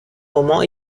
moment